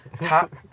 Top